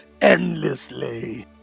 endlessly